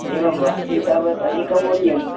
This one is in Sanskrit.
एवं वा एतावत् अधिकमूल्यम्